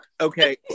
okay